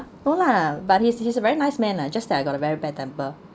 no lah but he's he's a very nice man ah just that I got a very bad temper